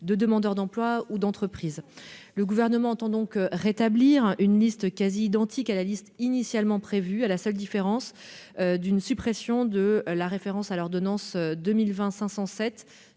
de demandeurs d'emploi ou d'entreprises. Le Gouvernement entend donc rétablir une liste quasi identique à la liste initialement prévue, la seule différence étant la suppression de la référence à l'ordonnance n° 2020-507